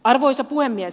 arvoisa puhemies